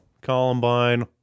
Columbine